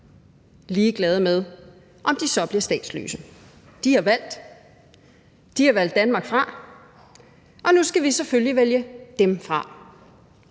ligeglade med, om de så bliver statsløse. De har valgt. De har valgt Danmark fra, og nu skal vi selvfølgelig vælge dem fra.